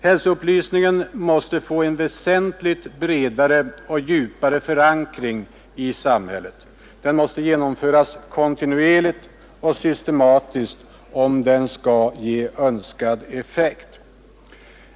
Hälsoupplysningen måste få en väsentligt bredare och djupare förankring i samhället. Den måste genomföras kontinuerligt och systematiskt, om den skall ge önskad effekt.